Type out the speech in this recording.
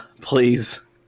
please